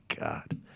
God